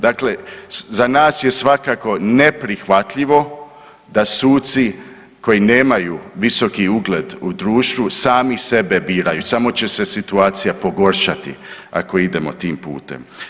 Dakle, za nas je svakako neprihvatljivo da suci koji nemaju visoki ugled u društvu sami sebe biraju, samo će se situacija pogoršati ako idemo tim putem.